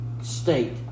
state